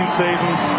seasons